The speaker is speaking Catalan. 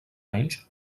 anys